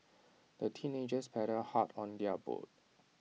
the teenagers paddled hard on their boat